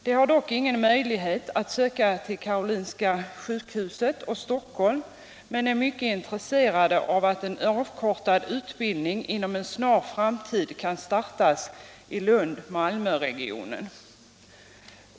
De har dock ingen möjlighet att söka till Karolinska sjukhuset och Stockholm men är mycket intresserade av att en avkortad utbildning inom en snar framtid kan startas i Malmö-Lundregionen.